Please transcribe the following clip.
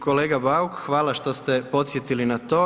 Kolega Bauk, hvala što ste podsjetili na to.